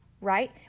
right